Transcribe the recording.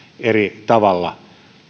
eri tavalla